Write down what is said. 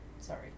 Sorry